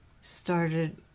started